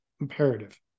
imperative